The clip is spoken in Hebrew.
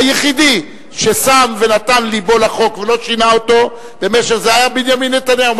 היחיד שנתן לבו לחוק ולא שינה אותו היה בנימין נתניהו.